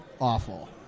awful